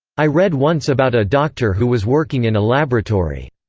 i read once about a doctor who was working in a laboratory.